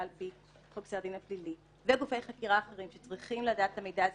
לפי חוק סדר הדין הפלילי וגופי חקירה אחרים שצריכים לדעת את המידע הזה,